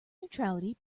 neutrality